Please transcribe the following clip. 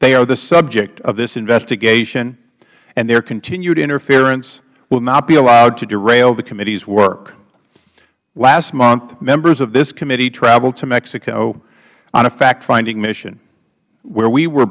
they are the subject of this investigation and their continued interference will not be allowed to derail the committee's work last month members of this committee traveled to mexico on a factfinding mission where we were